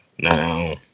Now